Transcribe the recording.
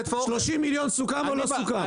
30 מיליון סוכם או לא סוכם?